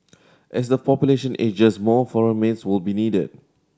as the population ages more foreign maids will be needed